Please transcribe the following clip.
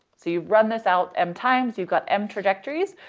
so you've run this out m times, you've got m trajectories,